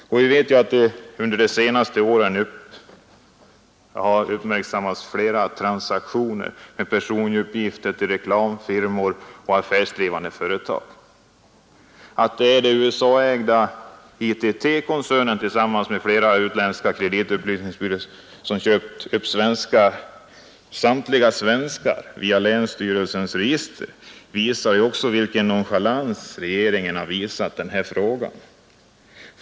Vi vet att under de senaste åren har uppmärksammats flera transaktioner med personuppgifter till reklamfirmor och affärsdrivande företag. Att USA-ägda ITT tillsammans med flera utländska kreditupplysningsbyråer har köpt upp register över samtliga svenskar via länsstyrelsernas register visar också vilken nonchalans regeringen har visat denna fråga.